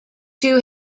too